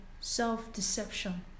self-deception